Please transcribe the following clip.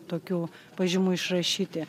tokių pažymų išrašyti